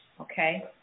okay